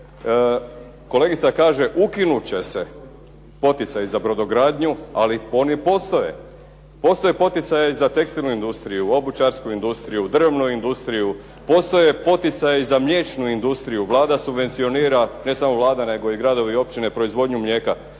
kolegica kaže "Ukinut će se poticaji za brodogradnju" ali oni postoje. Postoje poticaji za tekstilnu industriju, obućarsku industriju, drvnu industriju, postoje poticaji za mliječnu industriju. Vlada subvencija, ne samo Vlada nego i gradovi i općine proizvodnju mlijeka.